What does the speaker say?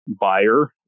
buyer